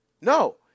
No